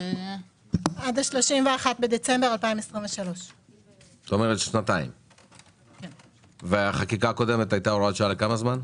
עד ה-31 בדצמבר 2023. והחקיקה הקודמת הייתה לכמה זמן?